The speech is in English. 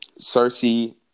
Cersei